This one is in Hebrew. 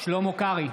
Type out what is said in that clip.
שלמה קרעי,